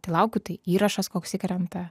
tai laukiu tai įrašas koks įkrenta